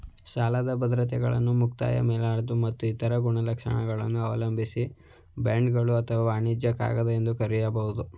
ಸಾಲದ ಬದ್ರತೆಗಳನ್ನ ಮುಕ್ತಾಯ ಮೇಲಾಧಾರ ಮತ್ತು ಇತರ ಗುಣಲಕ್ಷಣಗಳನ್ನ ಅವಲಂಬಿಸಿ ಬಾಂಡ್ಗಳು ಅಥವಾ ವಾಣಿಜ್ಯ ಕಾಗದ ಎಂದು ಕರೆಯಬಹುದು